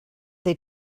they